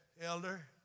Elder